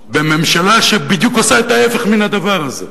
בממשלה שעושה בדיוק את ההיפך מן הדבר הזה.